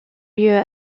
lieu